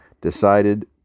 decided